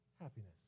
Happiness